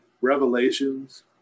Revelations